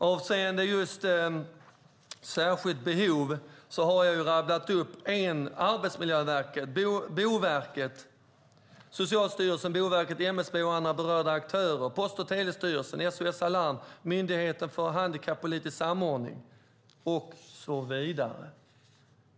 Avseende särskilt behov har jag rabblat upp Arbetsmiljöverket, Socialstyrelsen, Boverket, MSB, Post och telestyrelsen, SOS Alarm, Myndigheten för handikappolitisk samordning och andra berörda aktörer.